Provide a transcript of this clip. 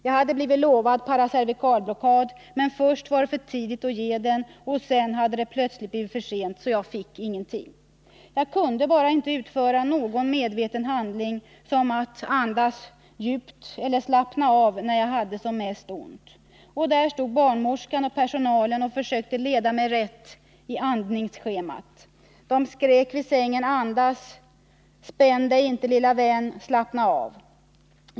Jag hade blivit lovad Paracervikalblockad men först var det för tidigt att ge den och sen hade det plötsligt blivit för sent så jag fick ingenting. Jag kunde bara inte utföra någon medveten handling som att andas djupt eller slappna av när jag hade som mest ont. Där stod barnmorskan och personalen och försökte leda mig rätt i andningsschemat. De skrek vid sängen andas ——-— spänn dig inte lilla vän, slappna av.